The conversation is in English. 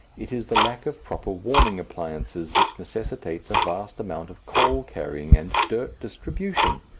it is the lack of proper warming appliances which necessitates a vast amount of coal carrying and dirt distribution,